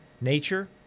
nature